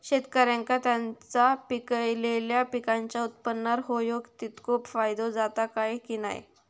शेतकऱ्यांका त्यांचा पिकयलेल्या पीकांच्या उत्पन्नार होयो तितको फायदो जाता काय की नाय?